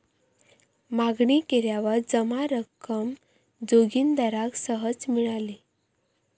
मागणी केल्यावर जमा रक्कम जोगिंदराक सहज मिळाली